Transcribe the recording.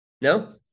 No